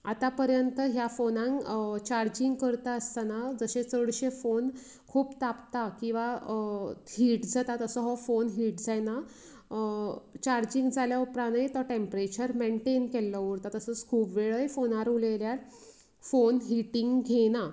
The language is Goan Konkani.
आता पर्यत ह्या फोनांन चार्जींग करता आसतना जशें चडशें फोन खूब तापता किंवां हीट जाता तसो हो फोन हीट जायना चार्जींग जाल्या उपरांनय तो टेंम्परेचर मेन्टेन केल्लो उरता तसोच खूब वेळय फोनार उलयल्यार फोन हिटिंग घेयना